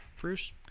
Bruce